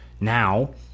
Now